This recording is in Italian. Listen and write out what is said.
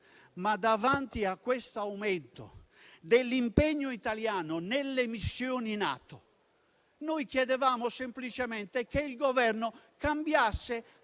davanti a questo aumento dell'impegno italiano nelle missioni NATO chiedevamo semplicemente che il Governo cambiasse